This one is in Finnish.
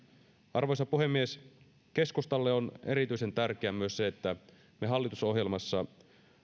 arvoisa puhemies keskustalle on erityisen tärkeää myös se että me hallitusohjelmassa